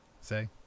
say